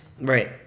right